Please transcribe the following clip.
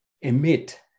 emit